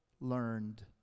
learned